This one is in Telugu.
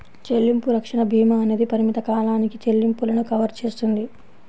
చెల్లింపు రక్షణ భీమా అనేది పరిమిత కాలానికి చెల్లింపులను కవర్ చేస్తుంది